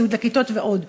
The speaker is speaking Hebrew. ציוד לכיתת כוננות ועוד,